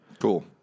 Cool